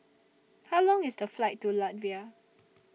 How Long IS The Flight to Latvia